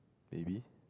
maybe